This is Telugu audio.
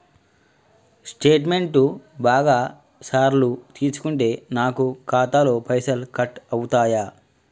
స్టేట్మెంటు బాగా సార్లు తీసుకుంటే నాకు ఖాతాలో పైసలు కట్ అవుతయా?